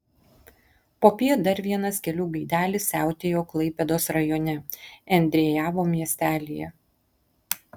popiet dar vienas kelių gaidelis siautėjo klaipėdos rajone endriejavo miestelyje